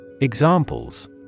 Examples